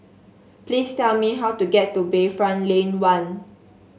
please tell me how to get to Bayfront Lane One